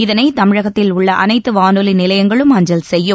இதனை தமிழகத்தில் உள்ள அனைத்து வானொலி நிலையங்களும் அஞ்சல் செய்யும்